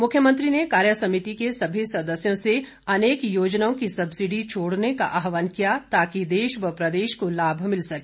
मुख्यमंत्री ने कार्यसमिति के सभी सदस्यों से अनेक योजनाओं की सब्सिडी छोड़ने का आहवान किया ताकि देश व प्रदेश को लाभ मिल सके